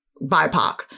bipoc